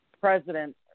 president